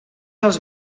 els